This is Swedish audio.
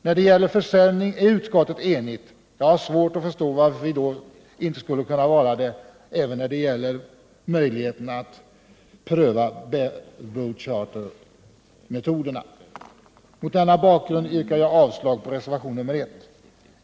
När det gäller försäljning är utskottet enigt. Jag har då svårt att förstå att vi inte skulle kunna bli det även när det gäller möjligheterna att pröva bareboatchartermetoderna. Mot denna bakgrund yrkar jag avslag på reservationen 1.